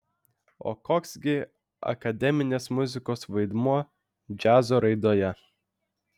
o koks gi akademinės muzikos vaidmuo džiazo raidoje